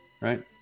Right